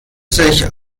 sich